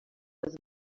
was